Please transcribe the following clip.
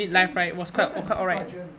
eh jonathan 你是 sergeant